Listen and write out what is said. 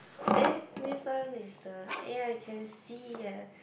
eh this one is the eh I can see eh